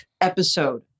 episode